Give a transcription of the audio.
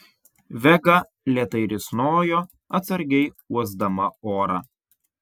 vega lėtai risnojo atsargiai uosdama orą